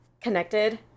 connected